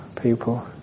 people